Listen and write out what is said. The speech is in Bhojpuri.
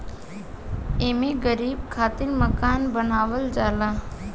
एमे गरीब खातिर मकान बनावल जाला